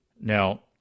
Now